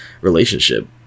relationship